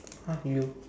!huh! you